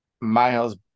Miles